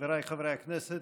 חבריי חברי הכנסת,